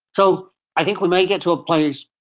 so i think we may get to a place,